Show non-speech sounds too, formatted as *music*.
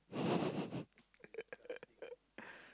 *laughs*